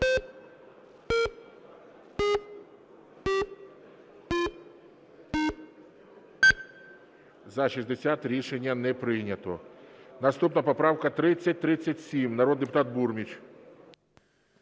За-38 Рішення не прийнято. Наступна поправка 3179. Народний депутат Бурміч.